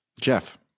Jeff